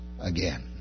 again